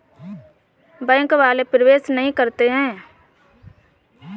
Bank वाले प्रवेश नहीं करते हैं?